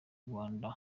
rwanda